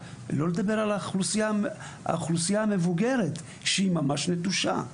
לא מדבר על האוכלוסייה המבוגרת שהיא ממש נטושה.